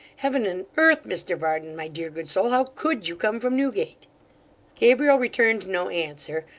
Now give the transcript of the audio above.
heaven and earth, mr varden, my dear, good soul, how could you come from newgate gabriel returned no answer,